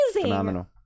phenomenal